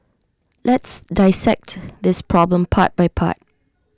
let's dissect this problem part by part